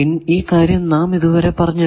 ഈ കാര്യം നാം ഇതുവരെ പറഞ്ഞിട്ടില്ല